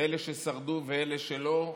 אלה ששרדו ואלה שלא,